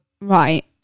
Right